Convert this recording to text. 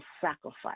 sacrifice